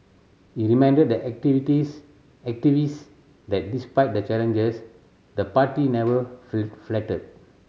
he reminded the activities activist that despite the challenges the party never